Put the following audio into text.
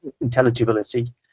intelligibility